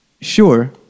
Sure